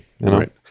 Right